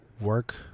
work